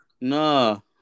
no